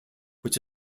which